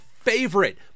favorite